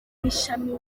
n’ishami